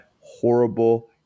Horrible